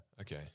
Okay